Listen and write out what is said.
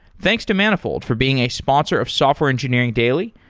thanks to manifold for being a sponsor of software engineering daily,